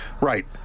right